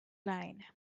line